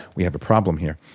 we have a problem here.